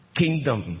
kingdom